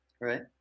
right